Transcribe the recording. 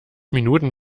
minuten